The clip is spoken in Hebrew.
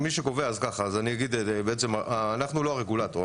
אנחנו לא הרגולטור.